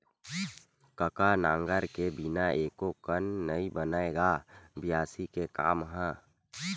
कका नांगर के बिना एको कन नइ बनय गा बियासी के काम ह?